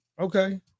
Okay